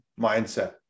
mindset